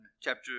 Chapter